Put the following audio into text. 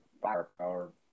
firepower